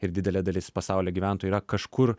ir didelė dalis pasaulio gyventojų yra kažkur